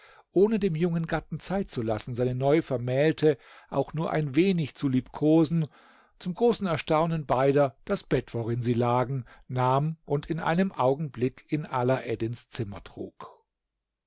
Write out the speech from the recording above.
ohne dem jungen gatten zeit zu lassen seine neuvermählte auch nur ein wenig zu liebkosen zum großen erstaunen beider das bett worin sie lagen nahm und in einem augenblick in alaeddins zimmer trug